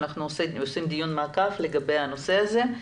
שאנחנו עושים דיון מעקב לגבי הנושא הזה.